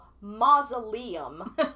mausoleum